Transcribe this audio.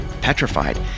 petrified